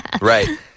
Right